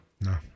No